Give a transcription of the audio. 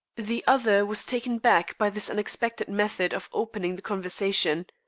the other was taken back by this unexpected method of opening the conversation.